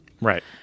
Right